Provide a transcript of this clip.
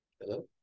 Hello